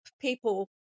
people